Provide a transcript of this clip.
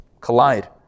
collide